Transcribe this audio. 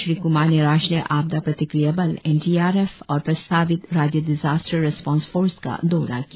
श्री क्मार ने राष्ट्रीय आपदा प्रतिक्रिया बल एन डी आर एफ और प्रस्तावित राज्य डिजस्टार रेसपोन्स फोर्स का दौरा किया